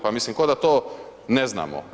Pa mislim, ko da to ne znamo.